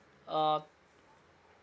uh